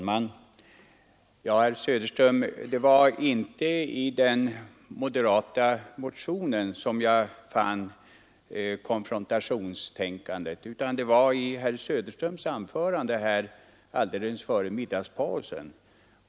Herr talman! Det var inte i den moderata motionen som jag fann konfrontationstänkandet utan i herr Söderströms anförande alldeles före middagspausen.